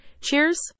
Cheers